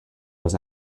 was